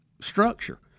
structure